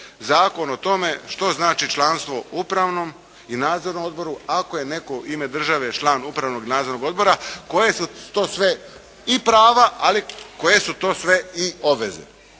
zakon o tome što znači članstvo u upravnom i nadzornom odboru ako je neko u ime države član upravnog i nadzornog odbora koje su to sve i prava ali koje su to sve i obveze?